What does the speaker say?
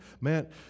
Man